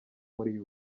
muri